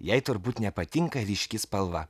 jai turbūt nepatinka ryški spalva